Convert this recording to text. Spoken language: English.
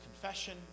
confession